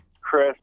Chris